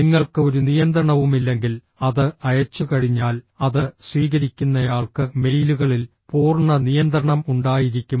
നിങ്ങൾക്ക് ഒരു നിയന്ത്രണവുമില്ലെങ്കിൽ അത് അയച്ചുകഴിഞ്ഞാൽ അത് സ്വീകരിക്കുന്നയാൾക്ക് മെയിലുകളിൽ പൂർണ്ണ നിയന്ത്രണം ഉണ്ടായിരിക്കും